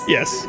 Yes